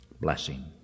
blessing